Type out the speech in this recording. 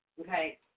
Okay